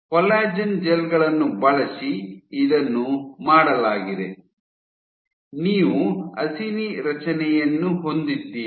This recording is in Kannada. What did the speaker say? ಕೊಲ್ಲಾಜೆನ್ ಜೆಲ್ ಗಳನ್ನು ಬಳಸಿ ಇದನ್ನು ಮಾಡಲಾಗಿದೆ ನೀವು ಅಸಿನಿ ರಚನೆಯನ್ನು ಹೊಂದಿದ್ದೀರಿ